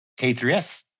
K3S